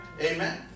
Amen